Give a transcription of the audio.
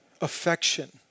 affection